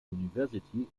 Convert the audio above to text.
university